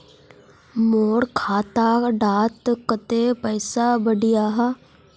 मोर खाता डात कत्ते पैसा बढ़ियाहा?